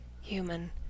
human